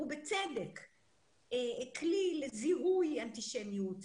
ובצדק, לזיהוי אנטישמיות,